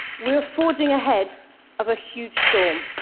we are forging ahead of a huge storm.